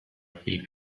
pil